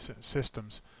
systems